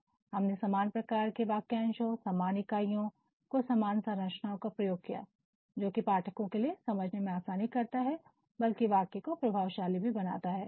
' तो हमने क्या किया हमने समान प्रकार के वाक्यांशों कुछ सामान इकाइयों कुछ सामान संरचनाओं का प्रयोग किया जोकि पाठकों के लिए समझने में आसानी करता है बल्कि वाक्य को प्रभावशाली भी बनाता है